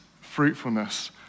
fruitfulness